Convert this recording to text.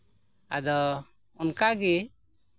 ᱟᱫᱚ ᱚᱱᱠᱟᱜᱮ